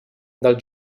dels